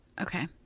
Okay